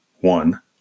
One